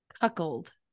Cuckold